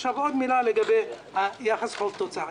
עוד מילה לגבי היחס חוב תוצר.